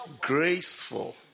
graceful